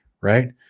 right